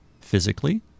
physically